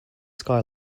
sky